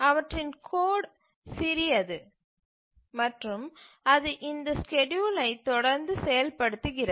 அவற்றின் கோடு சிறியது மற்றும் அது இந்த ஸ்கேட்யூலை தொடர்ந்து செயல்படுத்துகிறது